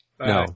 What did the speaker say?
No